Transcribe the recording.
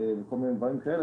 כל מיני דברים כאלה.